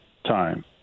time